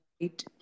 right